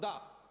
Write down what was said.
Da.